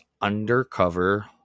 undercover